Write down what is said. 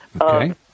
Okay